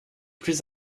plus